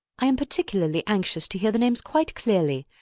i am particularly anxious to hear the names quite clearly,